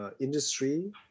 industry